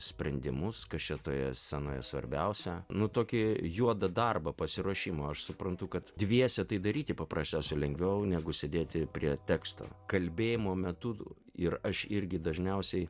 sprendimus kas čia toje scenoje svarbiausia nu tokį juodą darbą pasiruošimą aš suprantu kad dviese tai daryti paprasčiausiai lengviau negu sėdėti prie teksto kalbėjimo metu ir aš irgi dažniausiai